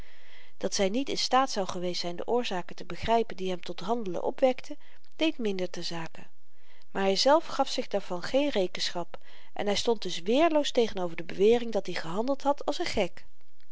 dat zy niet in staat zou geweest zyn de oorzaken te begrypen die hem tot handelen opwekten deed minder terzake maar hyzelf gaf zich daarvan geen rekenschap en hy stond dus weerloos tegenover de bewering dat-i gehandeld had als n gek